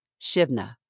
Shivna